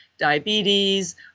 diabetes